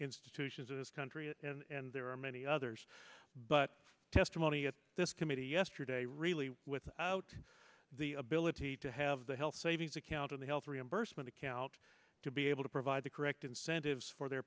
institutions of this country and there are many others but testimony at this committee yesterday really without the ability to have the health savings account on the health reimbursement account to be able to provide the correct incentives for their